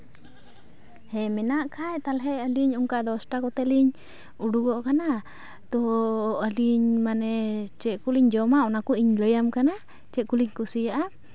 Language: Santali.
ᱦᱮᱸ ᱢᱮᱱᱟᱜ ᱠᱷᱟᱡ ᱛᱟᱞᱦᱮ ᱟᱹᱞᱤᱧ ᱚᱠᱟ ᱫᱚᱥ ᱴᱟ ᱠᱚᱛᱮ ᱞᱤᱧ ᱩᱰᱩᱜᱚᱜ ᱠᱟᱱᱟ ᱛᱚ ᱟᱹᱞᱤᱧ ᱢᱟᱱᱮ ᱪᱮᱫ ᱠᱚᱞᱤᱧ ᱡᱚᱢᱟ ᱚᱱᱟᱠᱩᱧ ᱞᱟᱹᱭᱟᱢ ᱠᱟᱱᱟ ᱪᱮᱫ ᱠᱚᱞᱤᱧ ᱠᱩᱥᱤᱭᱟᱜᱼᱟ